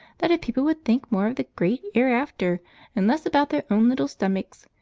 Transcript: that if people would think more of the great ereafter and less about their own little stomachs,